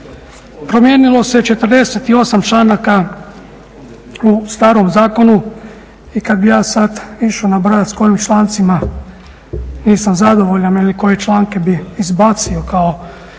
Promijenilo se 48 članaka u starom zakonu i kad bi ja sad išao nabrojati s kojim člancima nisam zadovoljan ili koje članke bi izbacio kao